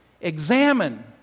examine